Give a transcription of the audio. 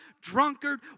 drunkard